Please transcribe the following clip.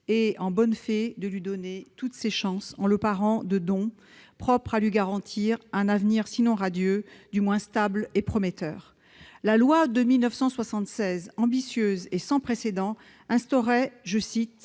et, en bonne fée, de lui donner toutes ses chances, en le parant de dons propres à lui garantir un avenir, sinon radieux, du moins stable et prometteur. La loi de 1976, ambitieuse et sans précédent, instaurait un «